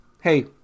hey